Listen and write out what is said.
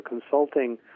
consulting